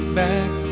back